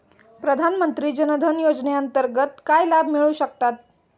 प्रधानमंत्री जनधन योजनेअंतर्गत काय लाभ मिळू शकतात?